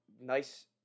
nice